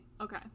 okay